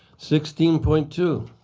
sixteen point two,